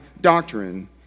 doctrine